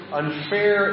unfair